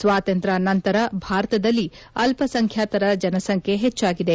ಸ್ವಾತಂತ್ರ್ವ ನಂತರ ಭಾರತದಲ್ಲಿ ಅಲ್ಲಸಂಖ್ಯಾತರ ಜನಸಂಖ್ಯೆ ಹೆಚ್ಲಾಗಿದೆ